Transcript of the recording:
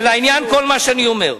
זה לעניין כל מה שאני אומר.